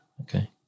Okay